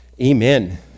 amen